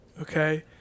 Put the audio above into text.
okay